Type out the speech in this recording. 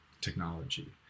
technology